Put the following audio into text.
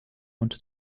unter